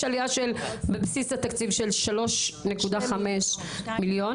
יש עלייה בבסיס התקציב של 2.5 מיליון,